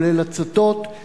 כולל הצתות,